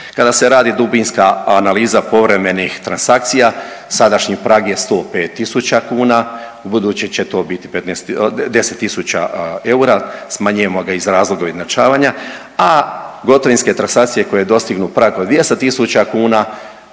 Kada se radi dubinska analiza povremenih transakcija sadašnji prag je 105 000 kuna. U buduće će to biti 10 000 eura, smanjujemo ga iz razloga ujednačavanja a gotovinske transakcije koje dostignu prag od 200 000 kuna